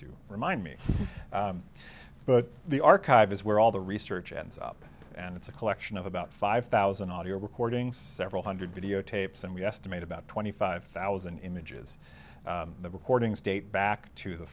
to remind me but the archive is where all the research ends up and it's a collection of about five thousand audio recordings several hundred videotapes and we estimate about twenty five thousand images the recordings date back to the